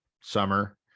summer